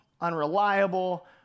unreliable